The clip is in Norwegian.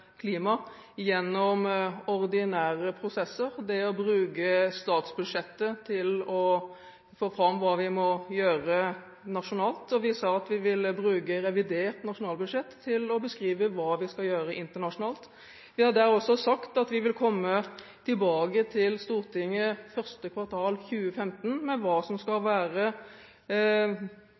klima gjennom ordinære prosesser. Vi vil bruke statsbudsjettet til å få fram hva vi må gjøre nasjonalt, og vi har sagt at vi vil bruke revidert nasjonalbudsjett til å beskrive hva vi skal gjøre internasjonalt. Vi har også sagt at vi vil komme tilbake til Stortinget i første kvartal 2015 med hva som skal være